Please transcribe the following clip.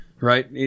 Right